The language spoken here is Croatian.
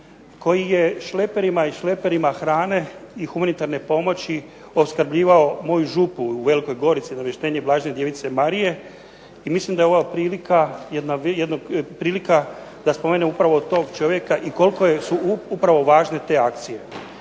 koji je šleperima hrane i humanitarne pomoći opskrbljivao moju župu u Velikoj Gorici, Navještenje blažene Djevice Marije. I mislim da je ovo prilika da spomenem upravo tog čovjeka i koliko su upravo važne te akcije.